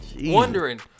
Wondering